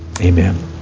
Amen